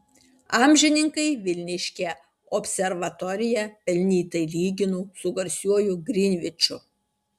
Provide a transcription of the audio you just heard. amžininkai vilniškę observatoriją pelnytai lygino su garsiuoju grinviču